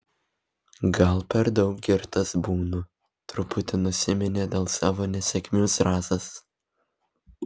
gal per daug girtas būnu truputi nusiminė dėl savo nesėkmių zrazas